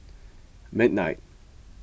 midnight